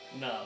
No